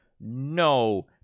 no